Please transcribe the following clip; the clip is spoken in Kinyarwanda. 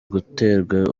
guterwa